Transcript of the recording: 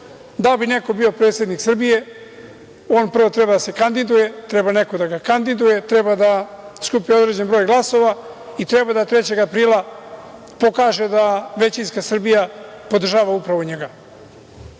Da bi neko bio predsednik Srbije, on prvo treba da se kandiduje, treba neko da ga kandiduje, treba da skupi određen broj glasova i treba da 3. aprila pokaže da većinska Srbija podržava upravo njega.